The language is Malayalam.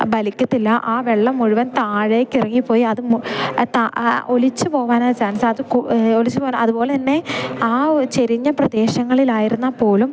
വലിക്കത്തില്ല ആ വെള്ളം മുഴുവൻ താഴേക്കിറങ്ങിപ്പോയി അത് മൊ താ ഒലിച്ച് പോകാനാണ് ചാൻസ് അത് കൂ ഒലിച്ച് പോകാൻ അതുപോലെ തന്നെ ആ ഒ ചെരിഞ്ഞ പ്രദേശങ്ങളിലായിരുന്നാൽ പോലും